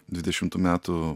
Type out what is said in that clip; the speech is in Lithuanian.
dvidešimtų metų